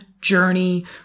journey